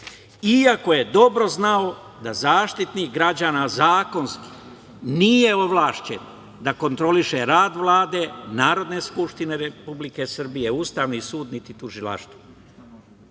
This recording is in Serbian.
iako je dobro znao da Zaštitnik građana zakonski nije ovlašćen da kontroliše rad Vlade, Narodne skupštine Republike Srbije, Ustavni sud, niti tužilaštvo. Da